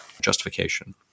justification